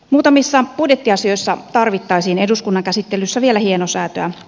muutamissa budjettiasioissa tarvittaisiin eduskunnan käsittelyssä vielä hienosäätöä